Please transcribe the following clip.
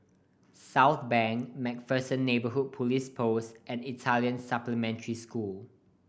Southbank Macpherson Neighbourhood Police Post and Italian Supplementary School